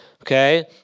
Okay